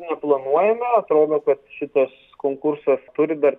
neplanuojame atrodo kad šitas konkursas turi dar